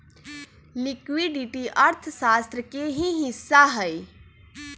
liquidity अर्थशास्त्र के ही हिस्सा हई